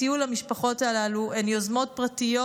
הסיוע למשפחות הללו הוא על ידי יוזמות פרטיות